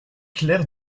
clair